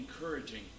encouraging